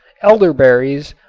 elderberries,